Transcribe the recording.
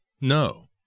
No